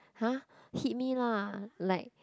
!huh! hit me lah like